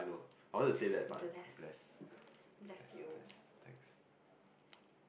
bless bless you